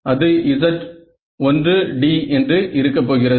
அது Z1d என்று இருக்க போகிறது